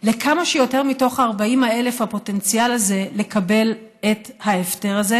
לכמה שיותר מתוך 40,000 הפוטנציאליים האלה לקבל את ההפטר הזה,